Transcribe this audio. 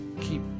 keep